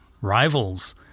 rivals